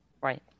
right